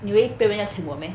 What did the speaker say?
你以为别人要请我 meh